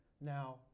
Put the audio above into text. now